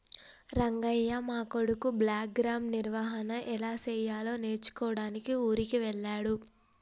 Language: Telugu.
రంగయ్య మా కొడుకు బ్లాక్గ్రామ్ నిర్వహన ఎలా సెయ్యాలో నేర్చుకోడానికి ఊరికి వెళ్ళాడు